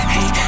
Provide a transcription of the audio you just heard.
Hey